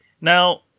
Now